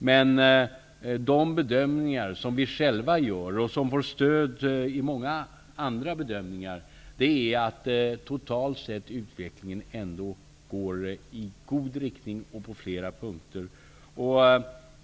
Men de bedömningar som vi själva gör och som får stöd i många andra bedömningar är å andra sidan att utvecklingen på flera punkter totalt sett går i rätt riktning.